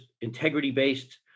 integrity-based